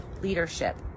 leadership